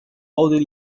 奥地利